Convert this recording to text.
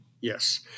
Yes